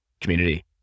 community